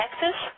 Texas